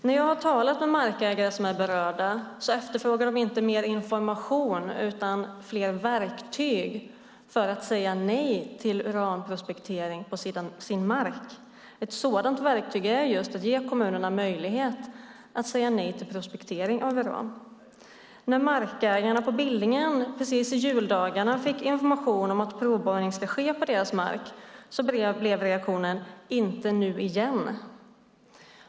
När jag talar med markägare som är berörda efterfrågar de inte mer information utan fler verktyg för att säga nej till uranprospektering på sin mark. Ett sådant verktyg är just att ge kommunerna möjlighet att säga nej till prospektering av uran. När markägarna på Billingen under juldagarna fick information om att provborrning skulle ske på deras mark blev reaktionen: Inte nu igen!